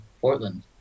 Portland